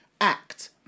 act